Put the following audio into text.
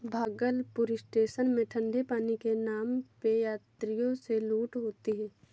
Bhagalpur station में ठंडे पानी के नाम पे यात्रियों से लूट होती है